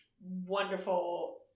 wonderful